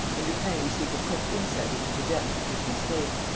and lupin received a quick insight into the depth of his mistake.